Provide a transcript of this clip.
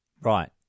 Right